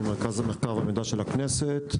בערך ב-33% בהכנסות מריבית נטו,